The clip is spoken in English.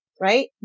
right